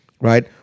right